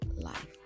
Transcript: life